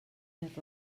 més